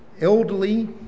elderly